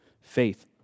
faith